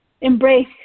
embrace